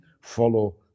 follow